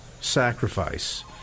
sacrifice